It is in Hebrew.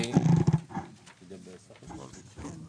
למה זה במשרד השיכון?